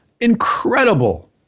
incredible